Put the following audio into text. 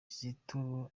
kizito